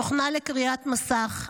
תוכנה לקריאת מסך,